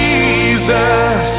Jesus